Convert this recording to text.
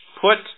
put